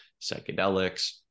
psychedelics